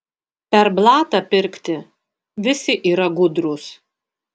per blatą pirkti visi yra gudrūs